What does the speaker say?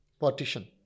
partition